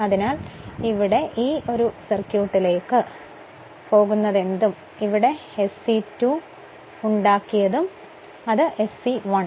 അതിനാൽ ഞങ്ങൾ ഇവിടെ ഈ സർക്യൂട്ടിലേക്ക് പോകുന്നതെന്തും ഞങ്ങൾ ഇവിടെ SE2 ഉണ്ടാക്കിയതെന്തും ആത്യന്തികമായി അത് SE1 ആണ്